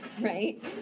right